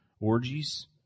orgies